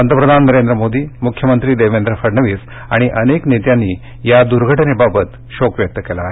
पंतप्रधान नरेंद्र मोदी मुख्यमंत्री देवेंद्र फडणवीस आणि अनेक नेत्यांनी या दुर्घटनेबाबत शोक व्यक्त केला आहे